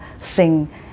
sing